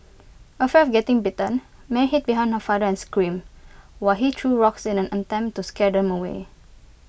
afraid of getting bitten Mary hid behind her father and screamed while he threw rocks in an attempt to scare them away